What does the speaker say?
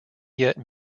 yet